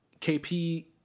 KP